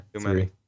three